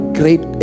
great